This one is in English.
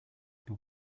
but